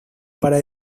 para